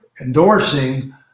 endorsing